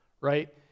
right